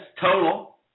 total